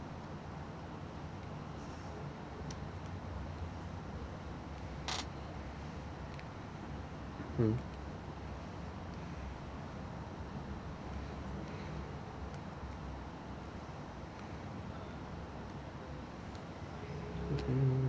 mm hmm